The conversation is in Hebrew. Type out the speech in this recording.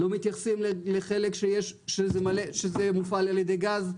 לא מתייחסים לכך שחלק מופעל על ידי גז,